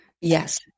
Yes